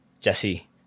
Jesse